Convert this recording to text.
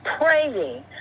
praying